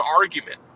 argument